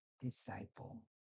disciple